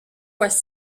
was